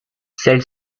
celle